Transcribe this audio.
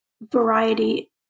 variety